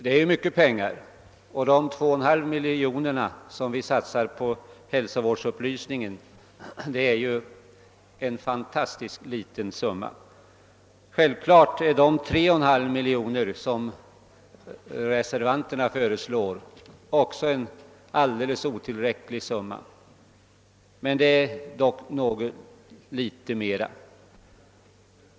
Det är mycket pengar, och de 2,5 miljoner kronor som vi satsar på hälsovårdsupplysningen är ju en fantastiskt låg summa. Självfallet är de 3,5 miljoner kronor, som reservanterna föreslår, också en alldeles otillräcklig summa, men det är dock något mera.